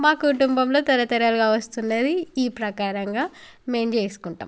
మా కుటుంబంలో తరతరాలుగా వస్తూ ఉన్నది ఈ ప్రకారంగా మేము చేసుకుంటాం